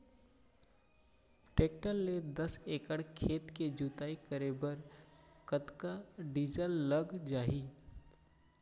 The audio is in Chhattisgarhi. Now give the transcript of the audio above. टेकटर ले दस एकड़ खेत के जुताई करे बर कतका डीजल लग जाही?